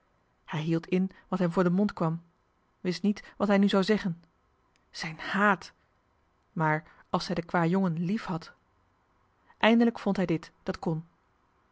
hij hield in wat hem voor den mond kwam wist niet wat hij nu zou zeggen zijn haat maar als zij den kwajongen liefhad eindelijk vond hij dit dat kon